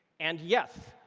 and yes,